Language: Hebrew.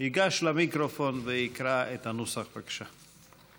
ייגש למיקרופון ויקרא את הנוסח, בבקשה.